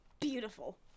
Beautiful